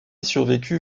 survécut